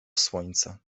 słońce